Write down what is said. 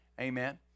Amen